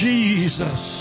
Jesus